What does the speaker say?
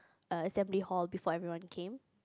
err assembly hall before everyone came